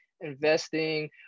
investing